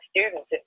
students